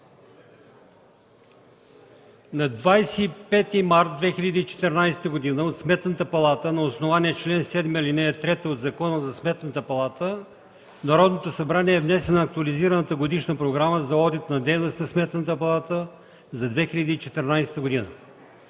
На 25 март 2014 г. от Сметната палата, на основание чл. 7, ал. 3 от Закона за Сметната палата, в Народното събрание е внесена Актуализираната годишна програма за одитната дейност на Сметната палата за 2014 г.